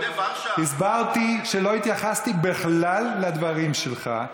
דיברתי כשלא התייחסתי בכלל לדברים שלך,